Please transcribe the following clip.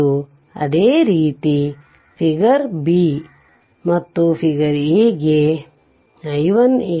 ಮತ್ತು ಅದೇ ರೀತಿ ಫಿಗರ್ b ಫಿಗರ್ a ಗೆ i10